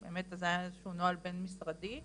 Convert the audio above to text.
זה היה איזשהו נוהל בין-משרדי,